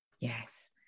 yes